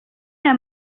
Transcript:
aya